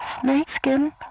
snakeskin